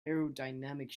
aerodynamic